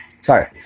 Sorry